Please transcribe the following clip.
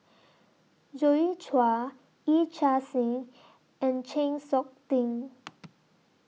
Joi Chua Yee Chia Hsing and Chng Seok Tin